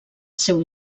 seu